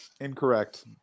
Incorrect